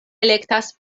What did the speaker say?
elektas